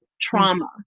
trauma